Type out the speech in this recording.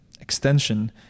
extension